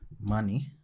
money